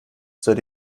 soll